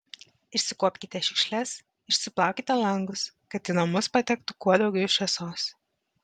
išsikuopkite šiukšles išsiplaukite langus kad į namus patektų kuo daugiau šviesos